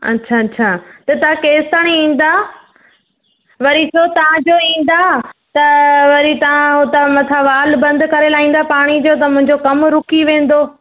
अच्छा अच्छा त तव्हां केसिताईं ईंदा वरी जो तव्हां जो ईंदा त वरी तव्हां उतां मथां वाल बंदि करे लाहींदा पाणी जो त मुंहिंजो कमु रुकी वेंदो